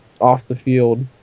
off-the-field